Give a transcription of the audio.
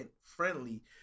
friendly